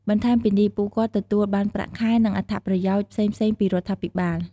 បន្ថែមពីនេះ ពួកគាត់ទទួលបានប្រាក់ខែ និងអត្ថប្រយោជន៍ផ្សេងៗពីរដ្ឋាភិបាល។